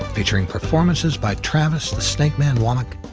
featuring performances by travis the snakeman wammack,